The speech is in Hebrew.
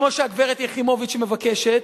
כמו שהגברת יחימוביץ מבקשת,